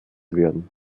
werden